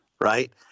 right